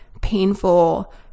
painful